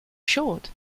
short